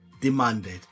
demanded